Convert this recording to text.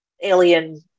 alien